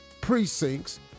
precincts